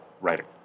writing